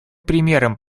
примером